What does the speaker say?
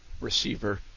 receiver